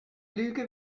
lüge